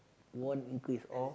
won't increase all